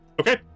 Okay